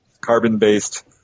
carbon-based